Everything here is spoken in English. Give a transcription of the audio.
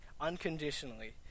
unconditionally